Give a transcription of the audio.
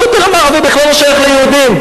הכותל המערבי בכלל לא שייך ליהודים.